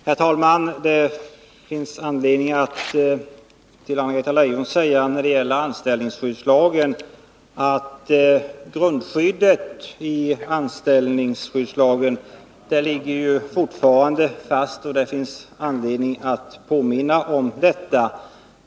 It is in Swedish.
Herr talman! När det gäller anställningsskyddslagen finns det anledning, Anna-Greta Leijon, att påminna om att grundskyddet i denna lag fortfarande ligger fast.